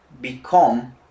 become